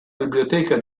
biblioteca